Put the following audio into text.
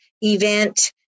event